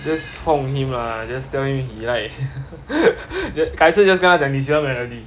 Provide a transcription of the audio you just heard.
just hong him lah just tell him he like 改次 just 不要跟他讲你喜欢的人